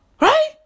Right